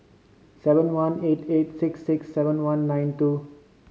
seven one eight eight six six seven one nine two